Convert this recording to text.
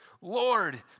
Lord